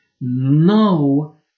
no